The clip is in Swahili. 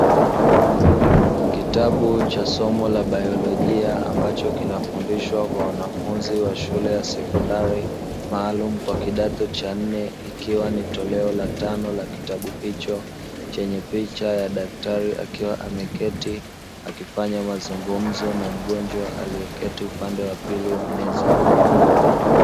Kitabu cha somo la baiolojia ambacho kinafundishwa kwa wanafunzi wa shule ya sekondari maalumu kwa kidato cha nne ikiwa ni toleo la tano la kitabu hicho, chenye picha ya daktari akiwa ameketi akifanya mazungumzo na mgonjwa alieketi upande wa pili wa meza.